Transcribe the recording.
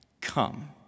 come